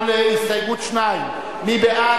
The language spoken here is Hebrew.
על הסתייגות מס' 2. מי בעד?